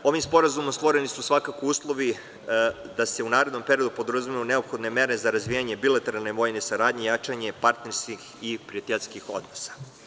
Ovim sporazumom stvoreni su svakako uslovi da se u narednom periodu preduzmu neophodne mere za razvijanje bilateralne vojne saradnje i jačanje partnerskih i prijateljskih odnosa.